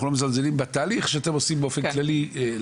אנחנו לא מזלזלים בתהליך שאתם עושים באופן כללי.